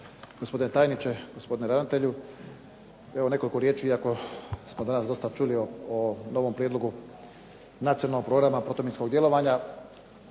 Gospodine tajniče, gospodine ravnatelju. Evo nekoliko riječi iako smo danas dosta čuli o novom prijedlogu Nacionalnog programa protuminskog djelovanja.